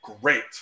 Great